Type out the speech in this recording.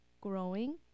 growing